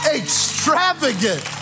extravagant